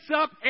up